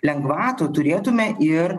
lengvatų turėtume ir